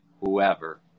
whoever